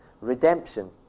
redemption